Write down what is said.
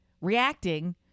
reacting